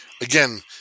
Again